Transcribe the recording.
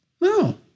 No